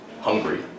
hungry